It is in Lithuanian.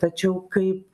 tačiau kaip